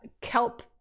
Kelp